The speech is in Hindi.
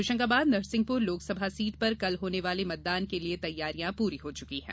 होशंगाबाद नरसिंहपुर लोकसभा सीट पर कल होने वाले मतदान के लिये तैयारियां पूरी हो चुकी हैं